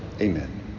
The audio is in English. Amen